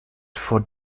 for